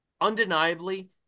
undeniably